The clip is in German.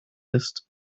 ist